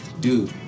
Dude